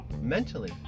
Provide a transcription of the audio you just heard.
mentally